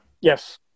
Yes